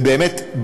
ובאמת,